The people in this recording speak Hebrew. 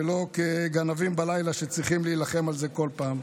ולא כגנבים בלילה שצריכים להילחם על זה בכל פעם.